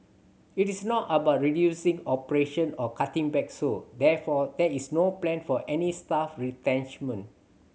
it is not about reducing operation or cutting back so therefore there is no plan for any staff retrenchment